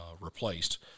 replaced